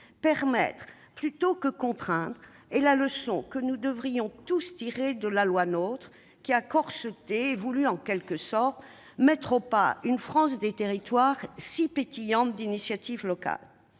Permettre plutôt que contraindre est la leçon que nous devrions tous tirer de la loi NOTRe, qui a corseté et voulu, en quelque sorte, mettre au pas une France des territoires si pétillante d'initiatives locales.